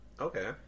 Okay